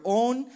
own